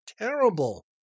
terrible